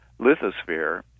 lithosphere